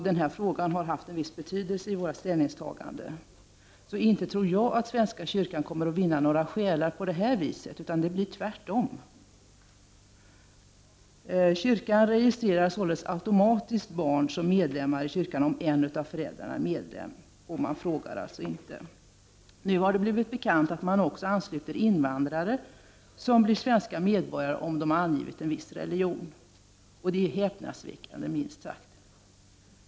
Den här frågan har haft en viss betydelse vid vårt ställningstagande, så inte tror jag att svenska kyrkan kommer att vinna några själar på det här viset — tvärtom. Kyrkan registrerar således automatiskt barn som medlemmar i kyrkan om en av föräldrarna är medlem. Man frågar alltså inte. Nu har det blivit bekant att man också ansluter invandrare som blir svenska medborgare, om de angivit en viss religion. Det är minst sagt häpnadsväckande.